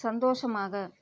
சந்தோஷமாக